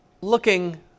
looking